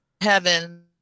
heaven